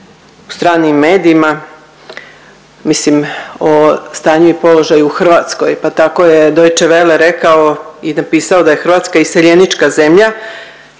u stranim medijima. Mislim o stanju i položaju u Hrvatskoj pa tako je Deutsche Welle rekao i napisao da je Hrvatska iseljenička zemlja